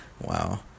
Wow